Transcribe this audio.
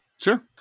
Sure